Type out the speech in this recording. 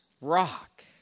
rock